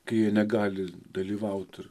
kai negali dalyvaut ir